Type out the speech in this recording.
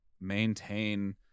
maintain